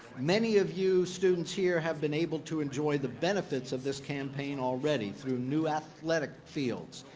many of you students here have been able to enjoy the benefits of this campaign already through new athletic fields,